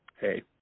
hey